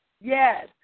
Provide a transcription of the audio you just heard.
Yes